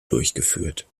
durchgeführt